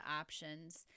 options